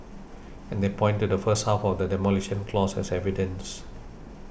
and they point to the first half of the Demolition Clause as evidence